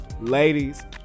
ladies